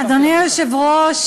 אדוני היושב-ראש,